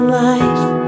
life